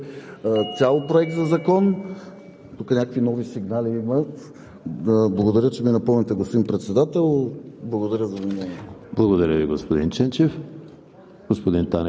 Така че всичко това трябва да се вземе под внимание и всички в тази зала да се отнесем най-сериозно към този въпрос. Ние имахме предложение, знаете – цял Проект за закон.